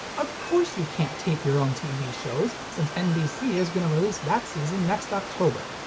of course you can't tape your own tv shows, since nbc is gonna release that season next october.